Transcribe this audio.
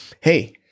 Hey